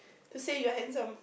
to say you're handsome